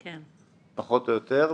פחות או יותר,